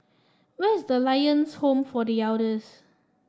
where is Lions Home for The Elders